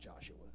Joshua